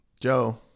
Joe